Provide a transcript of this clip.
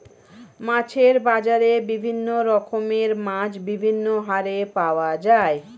মাছের বাজারে বিভিন্ন রকমের মাছ বিভিন্ন হারে পাওয়া যায়